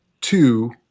Two